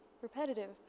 repetitive